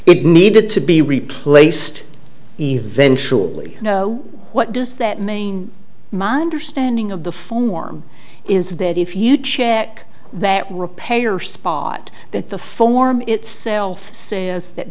it needed to be replaced eventually you know what does that mean my understanding of the form is that if you check that repair spot that the form itself say that